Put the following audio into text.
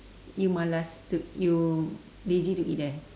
you malas to you lazy to eat there